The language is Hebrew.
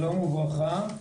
שלום וברכה.